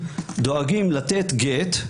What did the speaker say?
דואגים לתת גט,